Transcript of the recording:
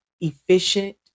efficient